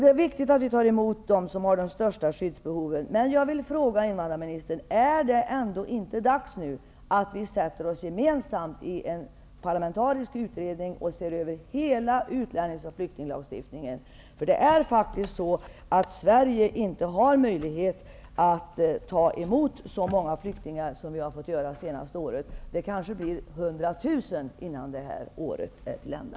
Det är viktigt att vi tar emot de människor som har de största skyddsbehoven. Jag vill därför ställa en fråga till invandrarministern. Är det ändå inte dags att vi gemensamt sätter oss ned i en parlamentarisk utredning och ser över hela utlännings och flyktinglagstiftningen? Vi i Sverige har faktiskt inte möjlighet att ta emot så många flyktingar som vi har fått göra under det senaste året. Det kanske blir 100 000 innan detta år är till ända.